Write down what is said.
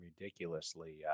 ridiculously